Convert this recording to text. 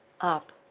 up